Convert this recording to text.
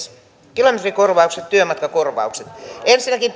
kilometrikorvaukset työmatkakorvaukset ensinnäkin